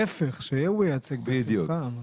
ההיפך, שהוא ייצג בשמחה.